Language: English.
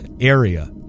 area